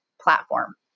platform